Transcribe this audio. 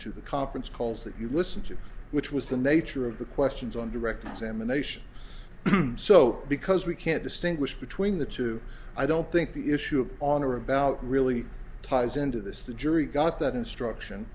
to the conference calls that you listen to which was the nature of the questions on direct examination so because we can't distinguish between the two i don't think the issue of on or about really ties into this the jury got that instruction